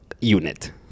unit